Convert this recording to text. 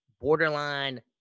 borderline